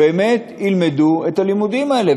שילמדו את הלימודים האלה,